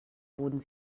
wurden